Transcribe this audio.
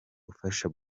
gufasha